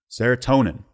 Serotonin